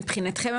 מבחינתכם,